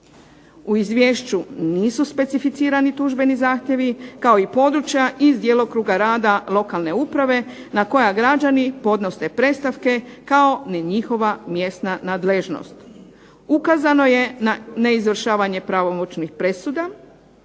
U izvješću nisu specificirani tužbeni zahtjevi kao i područja iz djelokruga rada lokalne uprave na koja građani podnose predstavke kao i njihova mjesna nadležnost. Ukazano je na neizvršavanje pravomoćnih presuda.